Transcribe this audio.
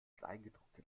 kleingedruckte